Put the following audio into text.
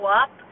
up